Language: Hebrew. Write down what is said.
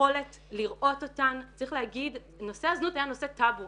כי העמותות צריכות בדיקה.